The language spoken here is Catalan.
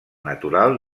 natural